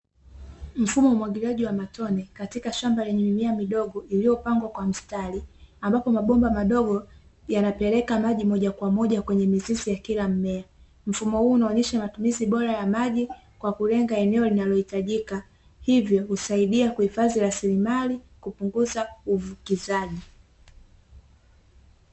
Mfumo wa umwagiliaji wa matone katika shamba lenye mimea midogo iliyopangwa kwa mstari, ambapo mabomba madogo yanapeleka maji moja kwa moja kwenye mizizi ya kila mmea, mfumo huu unaonyesha matumizi bora ya maji kwa kulenga eneo linalohitajika, hivyo husaidia kuhifadhi rasilimali kupunguza uvukizaji.